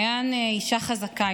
מעיין היא אישה חזקה,